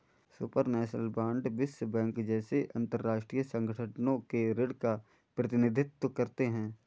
supranational bond विश्व bank जैसे अंतरराष्ट्रीय संगठनों के ऋण का प्रतिनिधित्व करते हैं